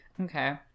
Okay